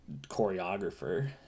choreographer